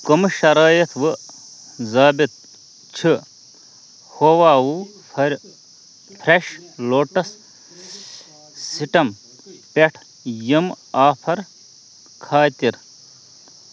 کَمہٕ شرٲیِط وٕ ضابط چھِ ہوواووٗ فرٛٮ۪ش لوٹَس سٕٹَم پٮ۪ٹھ یِم آفَر خٲطرٕ